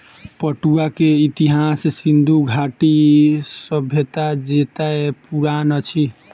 पटुआ के इतिहास सिंधु घाटी सभ्यता जेतै पुरान अछि